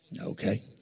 Okay